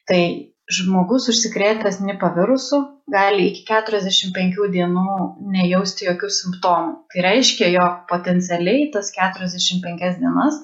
tai žmogus užsikrėtęs nipa virusu gali iki keturiasdešim penkių dienų nejausti jokių simptomų tai reiškia jog potencialiai tas keturiasdešim penkias dienas